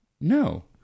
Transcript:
No